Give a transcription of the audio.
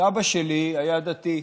סבא שלי היה דתי.